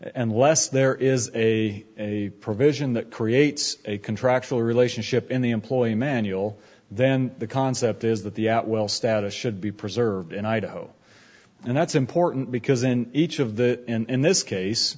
unless there is a a provision that creates a contractual relationship in the employee manual then the concept is that the out well status should be preserved in idaho and that's important because in each of the in this case